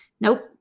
Nope